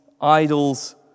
idols